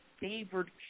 favored